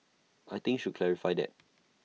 I think should clarify that